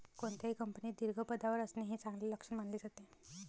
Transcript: कोणत्याही कंपनीत दीर्घ पदावर असणे हे चांगले लक्षण मानले जाते